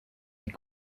est